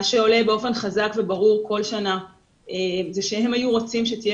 מה שעולה באופן חזק וברור כל שנה זה שהם היו רוצים שתהיה